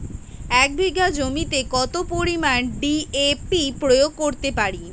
এক বিঘা জমিতে কত পরিমান ডি.এ.পি প্রয়োগ করতে পারি?